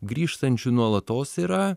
grįžtančių nuolatos yra